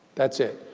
that's it.